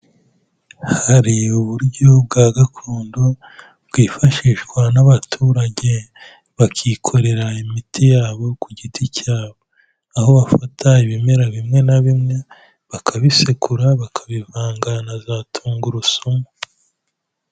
Hari uburyo bwa gakondo bwifashishwa n'abaturage bakikorera imiti yabo ku giti cyabo. Aho bafata ibimera bimwe na bimwe bakabisekura bakabivanga na za tungurusumu.